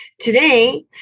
Today